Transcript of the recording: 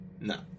No